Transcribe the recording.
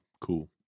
cool